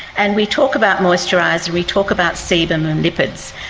and we talk about moisturiser, we talk about sebum and lipids,